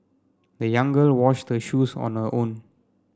the young girl washed her shoes on her own